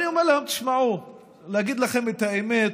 אני אומר להם: תשמעו, אגיד לכם את האמת,